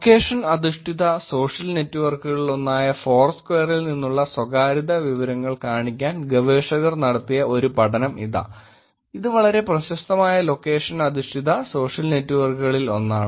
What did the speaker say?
location അധിഷ്ഠിത social നെറ്റ്വർക്കുകളിലൊന്നായ ഫോർ സ്ക്വയറിൽ നിന്നുള്ള സ്വകാര്യതാ വിവരങ്ങൾ കാണിക്കാൻ ഗവേഷകർ നടത്തിയ ഒരു പഠനം ഇതാ ഇത് വളരെ പ്രശസ്തമായ ലൊക്കേഷൻ അധിഷ്ഠിത സോഷ്യൽ നെറ്റ്വർക്കുകളിൽ ഒന്നാണ്